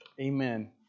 Amen